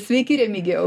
sveiki remigijau